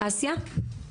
עכשיו, אסיה.